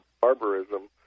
barbarism